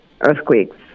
earthquakes